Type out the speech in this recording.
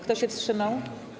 Kto się wstrzymał?